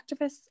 activists